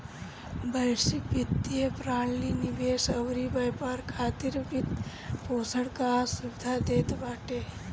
वैश्विक वित्तीय प्रणाली निवेश अउरी व्यापार खातिर वित्तपोषण कअ सुविधा देत बाटे